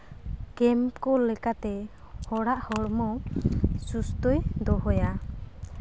ᱠᱮᱢ ᱠᱚ ᱞᱮᱠᱟᱛᱮ ᱦᱚᱲᱟᱜ ᱦᱚᱲᱢᱚ ᱥᱩᱥᱛᱷᱚᱭ ᱫᱚᱦᱚᱭᱟ